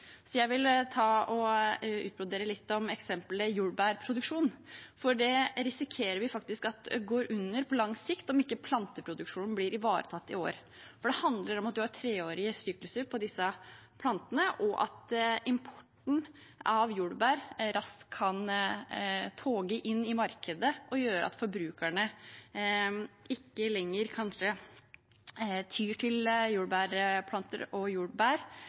Jeg vil utbrodere eksemplet jordbærproduksjon litt, for det risikerer vi faktisk går under på lang sikt om ikke planteproduksjonen blir ivaretatt i år. Det handler om at det er treårige sykluser på disse plantene, og at importen av jordbær raskt kan toge inn i markedet og gjøre at forbrukerne kanskje ikke lenger tyr til jordbærplanter og